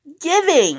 giving